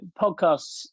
podcasts